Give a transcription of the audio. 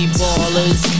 ballers